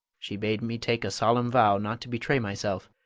she bade me take a solemn vow not to betray myself,